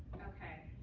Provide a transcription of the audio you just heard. ok?